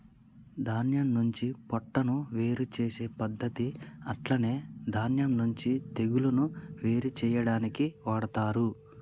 ధాన్యం నుండి పొట్టును వేరు చేసే పద్దతి అట్లనే ధాన్యం నుండి తెగులును వేరు చేయాడానికి వాడతరు